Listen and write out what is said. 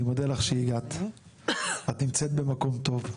אני מודה לך שהגעת את נמצאת במקום טוב.